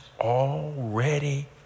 already